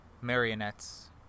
Marionettes